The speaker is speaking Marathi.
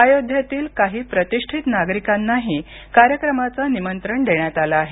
अयोध्येतील काही प्रतिष्ठित नागरिकांनाही कार्यक्रमाचं निमंत्रण देण्यात आलं आहे